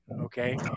okay